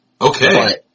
Okay